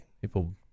people